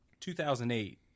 2008